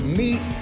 meet